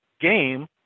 game